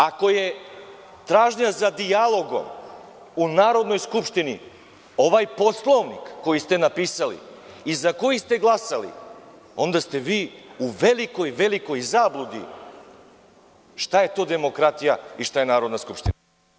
Ako je tražnja za dijalogom u Narodnoj skupštini ovaj Poslovnik koji ste napisali i za koji ste glasali, onda ste vi u velikoj zabludi, šta je demokratija i šta je Narodna skupština.